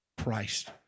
Christ